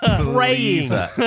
praying